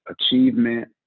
Achievement